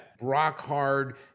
rock-hard